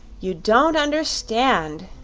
you don't understand,